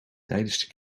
tijdens